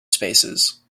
spaces